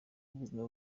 ubuzima